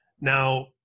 Now